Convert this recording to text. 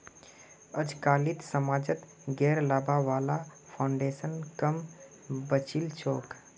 अजकालित समाजत गैर लाभा वाला फाउन्डेशन क म बचिल छोक